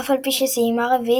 אף על פי שסיימה רביעית,